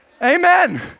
Amen